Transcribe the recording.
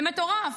זה מטורף.